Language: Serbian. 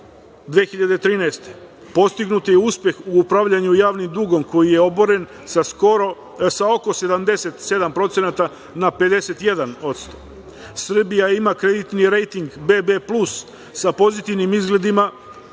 godine. Postignut je uspeh u upravljanju javnim dugom koji je oboren sa oko 77% na 51%. Srbija ima kreditni rejting BB plus sa pozitivnim izgledima,